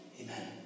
Amen